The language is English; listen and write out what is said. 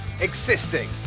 existing